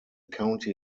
county